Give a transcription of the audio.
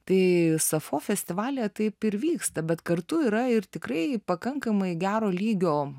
tai sapfo festivalyje taip ir vyksta bet kartu yra ir tikrai pakankamai gero lygio